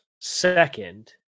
second